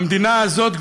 המדינה הזאת,